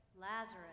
Lazarus